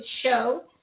show